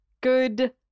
Good